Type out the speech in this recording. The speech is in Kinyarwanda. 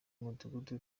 mudugudu